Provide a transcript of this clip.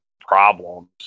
problems